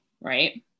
right